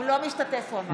הוא לא משתתף, הוא אמר.